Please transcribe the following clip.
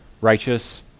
righteous